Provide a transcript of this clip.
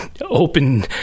open